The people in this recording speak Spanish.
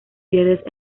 pierdes